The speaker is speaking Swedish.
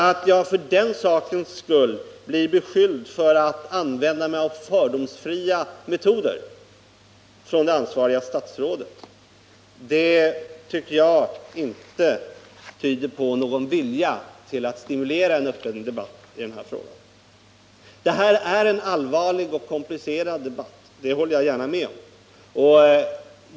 Att jag för den sakens skull av det ansvariga statsrådet blir beskylld för att använda mig av fördomsfria metoder tycker jag inte tyder på någon vilja till att stimulera en öppen debatt i den här frågan. Detta är en allvarlig och komplicerad debatt — det håller jag gärna med om.